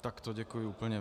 Tak to děkuju úplně.